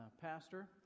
pastor